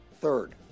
Third